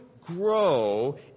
grow